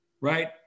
right